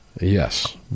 Yes